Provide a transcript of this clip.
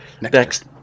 Next